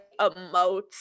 emotes